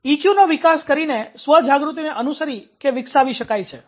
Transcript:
EQ નો વિકાસ કરીને સ્વ જાગૃતિને અનુસરી કે વિકસાવી શકાય છે